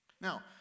Now